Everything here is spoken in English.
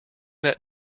that